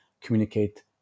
communicate